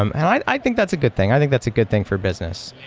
um and i i think that's a good thing. i think that's a good thing for business.